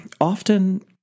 often